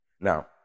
Now